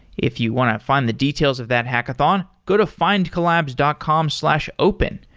if you want to find the details of that hackathon, go to findcollabs dot com slash open,